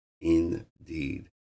indeed